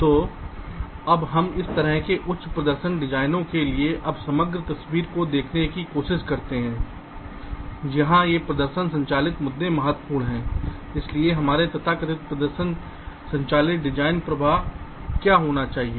तो अब हम इस तरह के उच्च प्रदर्शन डिजाइनों के लिए अब समग्र तस्वीर को देखने की कोशिश करते हैं जहां ये प्रदर्शन संचालित मुद्दे महत्वपूर्ण हैं इसलिए हमारे तथाकथित प्रदर्शन संचालित डिजाइन प्रवाह क्या होना चाहिए